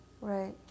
right